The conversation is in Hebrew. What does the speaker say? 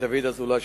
דוד אזולאי,